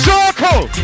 Circle